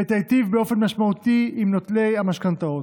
ותיטיב באופן משמעותי עם נוטלי המשכנתאות.